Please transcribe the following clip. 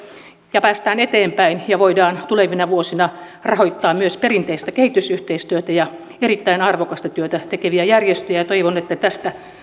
ja päästään eteenpäin ja voidaan tulevina vuosina rahoittaa myös perinteistä kehitysyhteistyötä ja erittäin arvokasta työtä tekeviä järjestöjä toivon että tästä